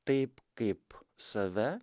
taip kaip save